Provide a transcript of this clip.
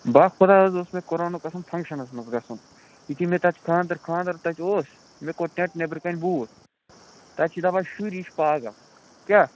با خۄدا حظ اوس مےٚ قۅرانُک قَسم فَنکشَنَس منٛز گَژھُن یِتھٕے مےٚ تَتہِ خانٛدَر خانٛدَر تَتہِ اوس مےٚکوٚڈ ٹینٛٹ نیٚبرٕکَنہِ بوٗٹھ تَتہِ چھِ دپان شُرۍ یہِ چھُ پاگَل کیٛاہ